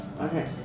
Okay